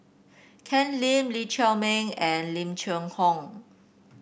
Ken Lim Lee Chiaw Meng and Lim Cheng Hoe